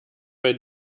bei